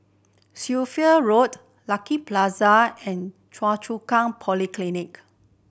Sophia Road Lucky Plaza and Choa Chu Kang Polyclinic